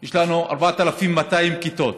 יש לנו 4,200 כיתות,